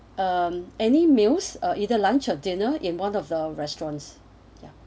um any meals are either lunch or dinner in one of the restaurants ya